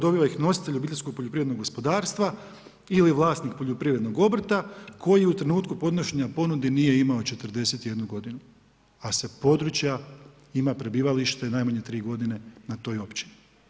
Dobiva ih nositelj obiteljskog poljoprivrednog gospodarstva ili vlasnik poljoprivrednog obrta koji u trenutku podnošenja ponude nije imao 41 godinu a sa područja ima prebivalište najmanje 3 godine na toj općini.